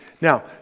Now